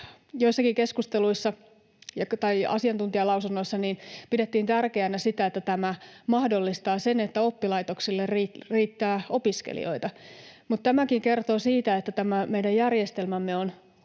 Valiokunnassa joissakin asiantuntijalausunnoissa pidettiin tärkeänä sitä, että tämä mahdollistaa sen, että oppilaitoksille riittää opiskelijoita. Mutta tämäkin kertoo siitä, että tämä meidän järjestelmämme on